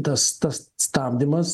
tas tas stabdymas